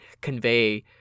convey